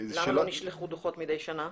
למה לא נשלחו דוחות מדי שנה?